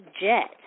jet